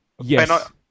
yes